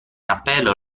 appello